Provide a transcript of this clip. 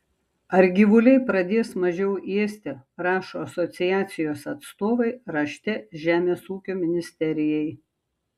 ar gyvuliai pradės mažiau ėsti rašo asociacijos atstovai rašte žemės ūkio ministerijai